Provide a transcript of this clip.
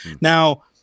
Now